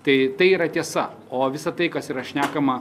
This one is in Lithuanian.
tai tai yra tiesa o visa tai kas yra šnekama